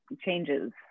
changes